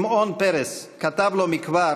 שמעון פרס כתב לא מכבר